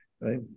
Right